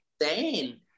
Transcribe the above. insane